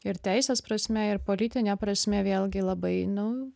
ir teisės prasme ir politine prasme vėlgi labai nu